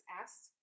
asked